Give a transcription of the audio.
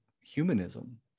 humanism